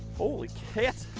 holy cats!